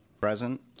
Present